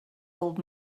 old